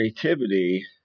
creativity